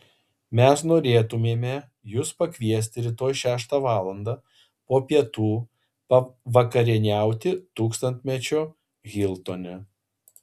mes norėtumėme jus pakviesti rytoj šeštą valandą po pietų pavakarieniauti tūkstantmečio hiltone